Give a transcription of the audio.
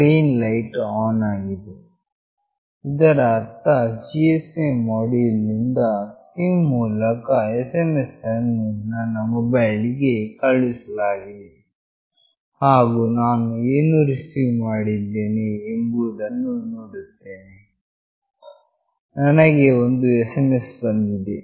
green light ವು on ಆಗಿದೆ ಇದರ ಅರ್ಥ ಈ GSM ಮೋಡ್ಯುಲ್ ನಿಂದ ಈ ಸಿಮ್ ನ ಮೂಲಕ SMS ಅನ್ನು ನನ್ನ ಮೊಬೈಲ್ ಗೆ ಕಳುಹಿಸಲಾಗಿದೆ ಹಾಗು ನಾನು ಏನು ರಿಸೀವ್ ಮಾಡಿದ್ದೇನೆ ಎಂಬುದನ್ನು ನೋಡುತ್ತೇನೆ ನನಗೆ ಒಂದು SMS ಬಂದಿದೆ